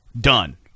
done